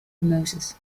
moses